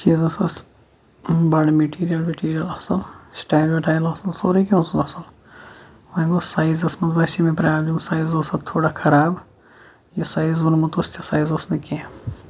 چیٖز ہَسا اوس بَڑٕ میٚٹیٖریَل ویٚٹیٖریَل اَصٕل سِٹایل وِٹایل اَصٕل سورُے کینٛہہ اوسُس اَصٕل وۄنۍ گوٚو سایزَس منٛز باسے مےٚ پرٛابلِم سایز اوس اَتھ تھوڑا خراب یہِ سایز ووٚنمُت اوس تہِ سایز اوس نہٕ کینٛہہ